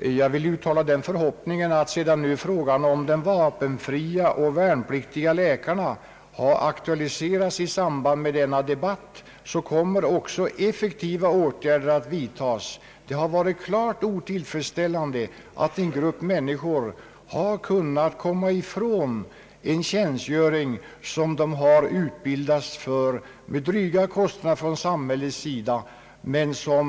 Jag vill uttala den förhoppningen, att sedan nu frågan om de vapenfria och värnpliktiga läkarna har aktualiserats i samband med denna debatt, kommer nu effektiva åtgärder också att vidtagas. Det har varit klart otillfredsställande att en grupp människor har kunnat komma ifrån en tjänstgöring, som de med dryga kostnader från samhällets sida har utbildats för.